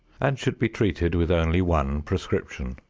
and should be treated with only one prescription,